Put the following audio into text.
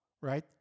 right